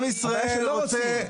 עם ישראל רוצה,